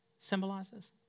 symbolizes